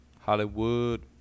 Hollywood